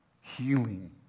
healing